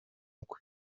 kwe